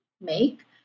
make